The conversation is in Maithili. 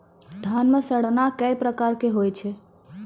धान म सड़ना कै प्रकार के होय छै?